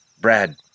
Brad